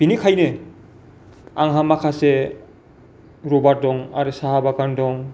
बिनिखायनो आंहा माखासे रबार दं आरो साहा बागान दं